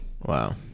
Wow